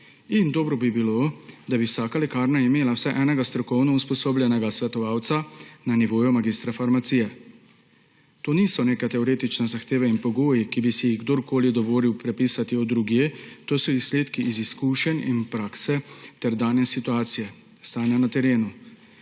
In dobro bi bilo, da bi vsaka lekarna imela vsaj enega strokovno usposobljenega svetovalca na nivoju magistra farmacije. To niso neka teoretična zahteve in pogoji, ki bi si jih kdorkoli dovolil prepisati od drugje, to so izsledki iz izkušenj in prakse ter trenutne situacije stanja na terenu.